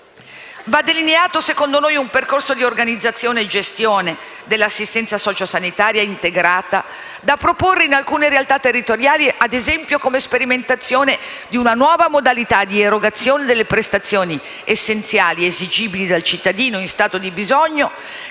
Va delineato, secondo noi, un percorso di organizzazione e gestione dell'assistenza socio-sanitaria integrata da proporre in alcune realtà territoriali, ad esempio come sperimentazione di una nuova modalità di erogazione delle prestazioni essenziali esigibili dal cittadino in stato di bisogno,